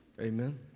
Amen